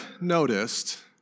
noticed